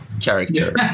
character